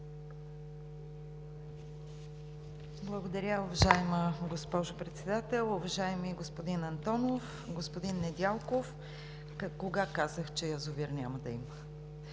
Благодаря, уважаема госпожо Председател! Уважаеми господин Антонов, господин Недялков, кога казах, че язовир няма да има?